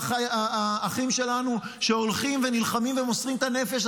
והאחים שלנו שהולכים ונלחמים ומוסרים את הנפש.